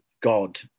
God